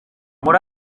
muri